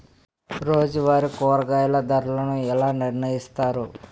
రోజువారి కూరగాయల ధరలను ఎలా నిర్ణయిస్తారు?